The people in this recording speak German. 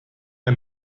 der